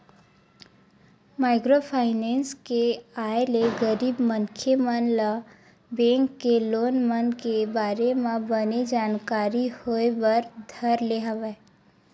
micro finance के आय ले गरीब मनखे मन ल बेंक के लोन मन के बारे म बने जानकारी होय बर धर ले हवय